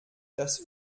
das